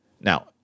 Now